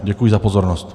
Děkuji za pozornost.